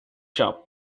shop